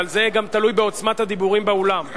אבל זה גם תלוי בעוצמת הדיבורים באולם.